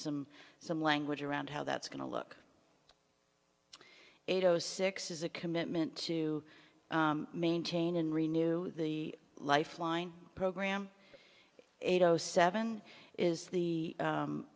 some some language around how that's going to look eight o six is a commitment to maintain and renew the lifeline program eight o seven is the